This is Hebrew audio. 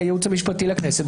הייעוץ המשפטי לכנסת,